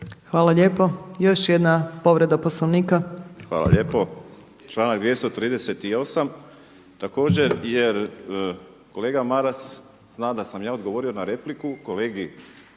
Hvala lijepo. Još jedna povreda Poslovnika. **Borić, Josip (HDZ)** Hvala lijepo. Članak 238. također jer kolega Maras zna da sam ja odgovorio na repliku kolegi